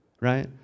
right